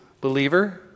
believer